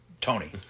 Tony